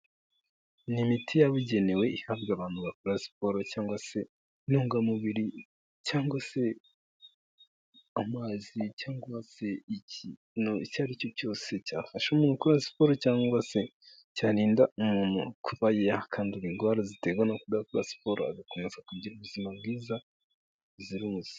Ni imiti yabugenewe ihabwa abantu bakora siporo, cyangwa se intungamubiri cyangwa se amazi, cyangwa se ikintu icyo aricyo cyose cyafasha umuntu gukora siporo, cyangwa se cyarinda umuntu kutandura indwara ziterwa no kudakora siporo agakomeza kugira ubuzima bwiza buzira uruze.